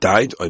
Died